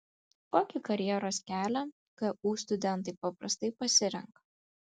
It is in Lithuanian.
kokį karjeros kelią ku studentai paprastai pasirenka